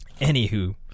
anywho